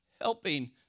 helping